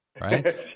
right